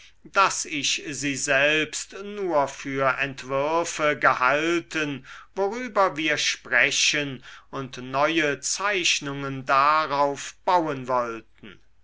daß ich sie selbst nur für entwürfe gehalten worüber wir sprechen und neue zeichnungen darauf bauen wollten